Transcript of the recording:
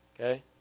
Okay